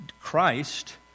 Christ